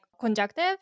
conjunctive